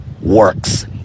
works